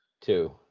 Two